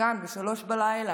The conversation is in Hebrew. כאן ב-03:00,